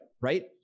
right